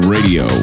Radio